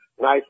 nice